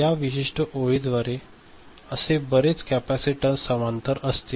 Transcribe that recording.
या विशिष्ट ओळी द्वारे असे बरेच कॅपॅसिटन्स समांतर असतील